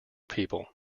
people